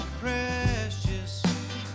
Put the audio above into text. precious